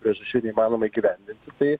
priežasčių neįmanoma įgyvendinti tai